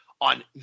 on